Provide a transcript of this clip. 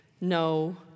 no